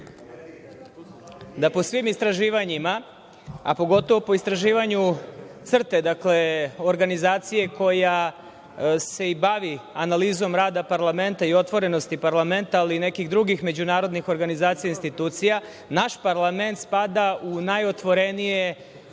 da po svim istraživanjima, a pogotovo po istraživanju CRTE, dakle, organizacije koja se bavi analizom parlamenta i otvorenosti parlamenta, ali i nekih drugih međunarodnih organizacija i institucija, naš parlament spada u najotvorenije